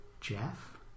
Jeff